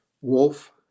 Wolf